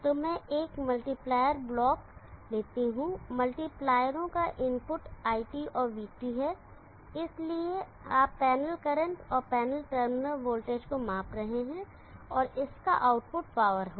तो मैं एक मल्टीप्लायर ब्लॉक लेता हूं मल्टीप्लायरों का इनपुट iT और vTहै इसलिए आप पैनल करंट और पैनल टर्मिनल वोल्टेज को माप रहे हैं और इसका आउटपुट पावर होगा